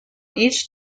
each